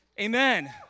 Amen